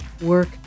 work